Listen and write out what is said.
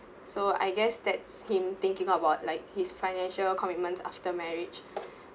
so I guess that's him thinking about about like his financial commitments after marriage